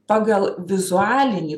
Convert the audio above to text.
pagal vizualinį